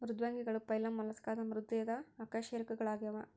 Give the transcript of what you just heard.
ಮೃದ್ವಂಗಿಗಳು ಫೈಲಮ್ ಮೊಲಸ್ಕಾದ ಮೃದು ದೇಹದ ಅಕಶೇರುಕಗಳಾಗ್ಯವ